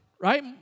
right